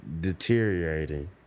deteriorating